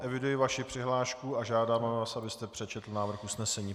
Eviduji vaši přihlášku a žádám vás, abyste přečetl návrh usnesení.